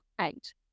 eight